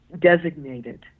designated